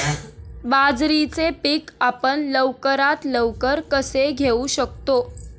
बाजरीचे पीक आपण लवकरात लवकर कसे घेऊ शकतो?